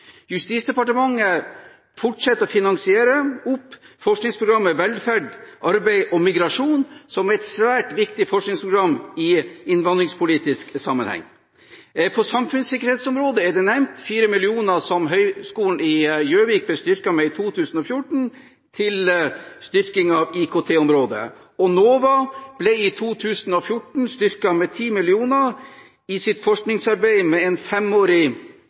Justisdepartementet fortsetter å finansiere opp Forskningsrådets program for velferd, arbeid og migrasjon, som er et svært viktig forskningsprogram i innvandringspolitisk sammenheng. På samfunnssikkerhetsområdet er det nevnt 4 mill. kr som Høgskolen i Gjøvik ble styrket med i 2014 på IKT-området, og NOVA ble i 2014 styrket med 10 mill. kr for sitt forskningsarbeid, et femårig